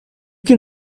can